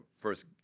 first